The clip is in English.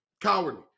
Cowardly